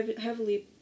heavily